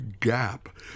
gap